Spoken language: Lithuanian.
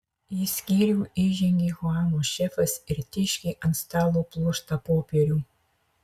į skyrių įžengė chuano šefas ir tėškė ant stalo pluoštą popierių